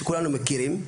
שכולנו מכירים.